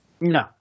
no